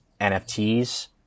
NFTs